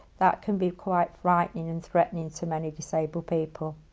that can be quite frightening and threatening to many disabled people.